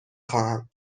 خواهم